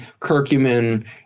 curcumin